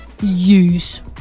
use